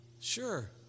Sure